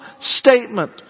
statement